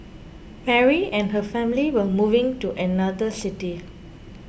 Mary and her family were moving to another city